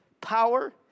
power